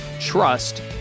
trust